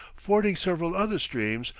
fording several other streams,